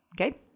Okay